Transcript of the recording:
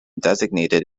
designated